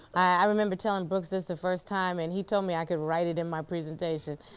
i remember telling brooks this the first time and he told me i could write it in my presentation.